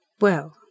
Well